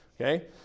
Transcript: okay